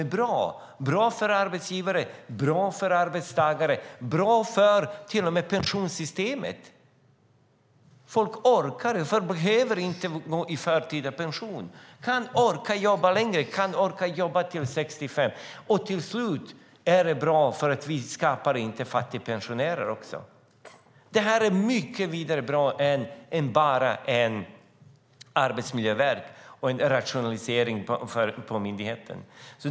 Det är bra för arbetsgivare, bra för arbetstagare, bra till och med för pensionssystemet. Folk orkar mer och behöver inte gå i förtida pension. De orkar jobba till 65, vilket i slutändan gör att vi inte skapar fattigpensionärer. Det är betydligt mycket bättre än bara ett arbetsgivarverk och en rationalisering vid myndigheten.